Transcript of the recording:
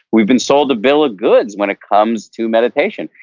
we've been sold a bill of goods when it comes to meditation,